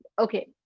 Okay